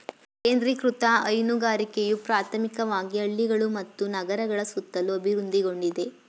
ಕೇಂದ್ರೀಕೃತ ಹೈನುಗಾರಿಕೆಯು ಪ್ರಾಥಮಿಕವಾಗಿ ಹಳ್ಳಿಗಳು ಮತ್ತು ನಗರಗಳ ಸುತ್ತಲೂ ಅಭಿವೃದ್ಧಿಗೊಂಡಿದೆ